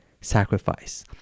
sacrifice